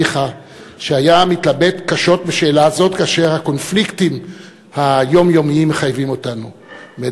שהיה מתלבט קשות בשאלה זאת כאשר הקונפליקטים היומיומיים מחייבים אותנו.